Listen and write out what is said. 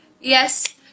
Yes